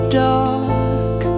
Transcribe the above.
dark